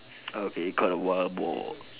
okay caught a wild boar